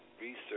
research